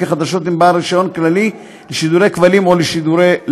החדשות עם בעל רישיון כללי לשידורי כבלים או לשידורי לוויין.